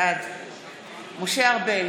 בעד משה ארבל,